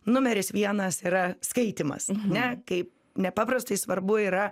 numeris vienas yra skaitymas ne kaip nepaprastai svarbu yra